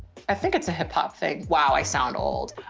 i think it's a hip hop thing. wow. i sound old.